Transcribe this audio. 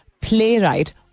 playwright